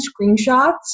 screenshots